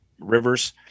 rivers